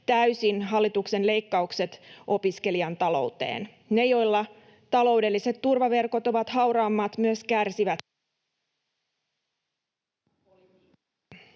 täysin hallituksen leikkaukset opiskelijan talouteen. Ne, joilla taloudelliset turvaverkot ovat hauraammat, myös kärsivät